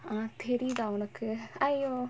ah தெரிதா ஒனக்கு:therithaa onakku !aiyo!